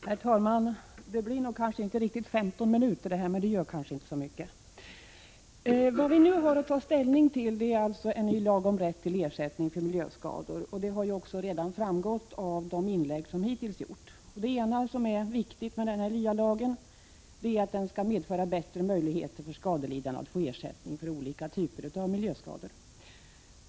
Herr talman! Vad vi nu har att ta ställning till är alltså en ny lag om rätt till 23 april 1986 ersättning för miljöskador — detta har ju redan framgått av de inlägg som hittills gjorts. Det ena som är viktigt med den här nya lagen är att den skall medföra bättre möjligheter för skadelidande att få ersättning för olika typer av miljöskador.